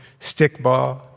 stickball